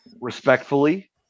respectfully